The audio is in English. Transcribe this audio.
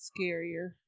scarier